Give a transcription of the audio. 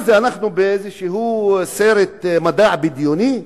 מה זה, אנחנו באיזה סרט מדע בדיוני?